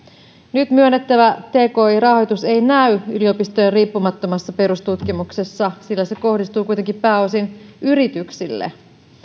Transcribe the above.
nyt myönnettävä tki rahoitus ei näy yliopistojen riippumattomassa perustutkimuksessa sillä se kohdistuu kuitenkin pääosin yrityksille